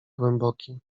głęboki